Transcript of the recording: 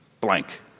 blank